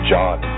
John